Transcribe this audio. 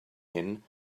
hyn